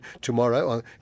tomorrow